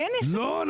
אין אפשרות --- לא,